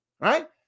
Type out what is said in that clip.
Right